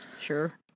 Sure